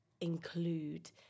include